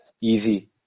easy